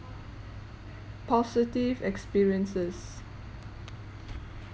positive experiences